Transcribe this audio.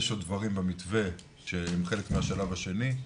יש עוד דברים במתווה שהם חלק מהשלב השני,